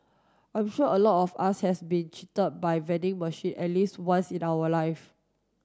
I'm sure a lot of us has been cheated by vending machine at least once in our life